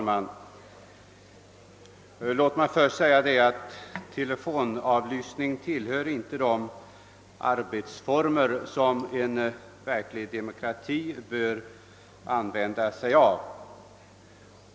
Herr talman! Telefonavlyssning tillhör inte de arbetsformer som en verklig demokrati bör använda sig av.